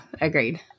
agreed